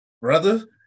Brother